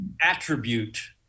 attribute